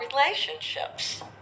relationships